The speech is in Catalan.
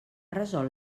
resolt